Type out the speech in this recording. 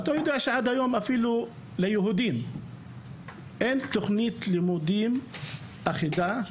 אתה יודע שעד היום ליהודים אין תוכנית לימודים אחידה,